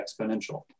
exponential